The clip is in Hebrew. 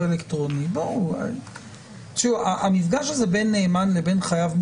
אלקטרוני -- המפגש בין נאמן לבין חייב,